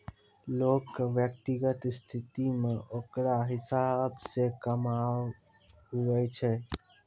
लोग के व्यक्तिगत स्थिति मे ओकरा हिसाब से कमाय हुवै छै